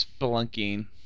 spelunking